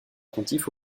attentif